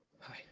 Hi